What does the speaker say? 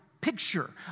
picture